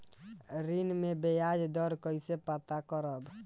ऋण में बयाज दर कईसे पता करब?